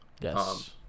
Yes